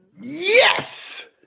Yes